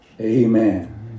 Amen